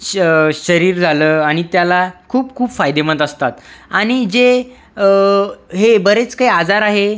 श शरीर झालं आणि त्याला खूप खूप फायदेमंद असतात आणि जे हे बरेच काही आजार आहे